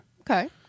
Okay